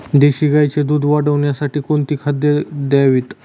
देशी गाईचे दूध वाढवण्यासाठी कोणती खाद्ये द्यावीत?